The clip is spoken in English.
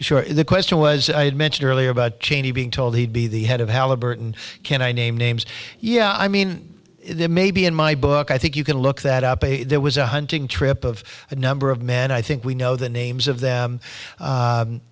sure the question was i had mentioned earlier about cheney being told he'd be the head of halliburton can i name names yeah i mean there may be in my book i think you can look that up there was a hunting trip of a number of men i think we know the names of them